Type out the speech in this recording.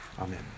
Amen